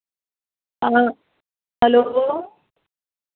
हाँ हेलो